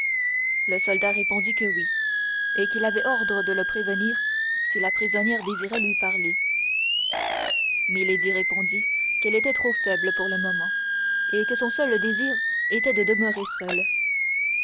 le soldat répondit que oui et qu'il avait ordre de le prévenir si la prisonnière désirait lui parler milady répondit qu'elle était trop faible pour le moment et que son seul désir était de demeurer seule